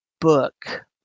book